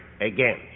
again